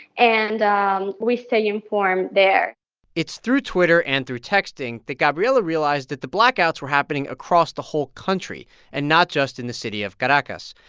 and um we stay informed there it's through twitter and through texting that gabriela realized that the blackouts were happening across the whole country and not just in the city of caracas.